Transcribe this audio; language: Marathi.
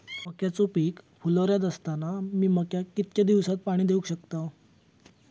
मक्याचो पीक फुलोऱ्यात असताना मी मक्याक कितक्या दिवसात पाणी देऊक शकताव?